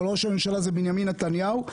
אבל ראש הממשלה זה בנימין נתניהו.